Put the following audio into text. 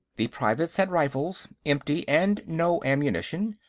the privates had rifles, empty, and no ammunition.